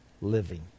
living